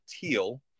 teal